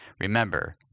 Remember